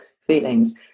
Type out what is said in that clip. feelings